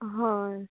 हय